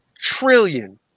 trillion